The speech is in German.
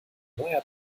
neuer